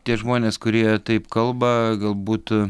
tie žmonės kurie taip kalba galbūt